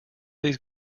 these